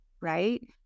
right